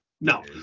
no